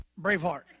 Braveheart